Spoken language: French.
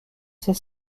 ses